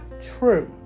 true